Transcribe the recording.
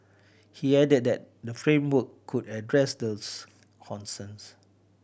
he added that the framework could address those concerns